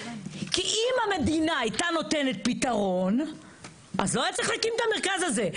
כי אם המדינה הייתה נותנת פתרון אז לא היה צריך להקים את המרכז הזה.